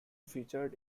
featured